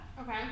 Okay